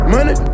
Money